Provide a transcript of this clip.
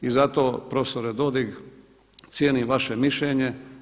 I zato profesore Dodig cijenim vaše mišljenje.